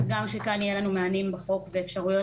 אז גם שכאן יהיו לנו מענים בחוק ואפשרויות